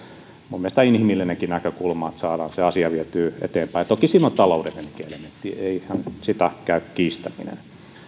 minun mielestäni inhimillinenkin näkökulma että saadaan se asia vietyä eteenpäin toki siinä on taloudellinenkin elementti eihän sitä käy kiistäminen